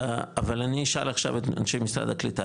אבל אני אשאל עכשיו את אנשי משרד הקליטה,